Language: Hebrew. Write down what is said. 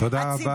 תודה רבה.